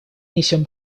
несем